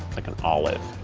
like an olive.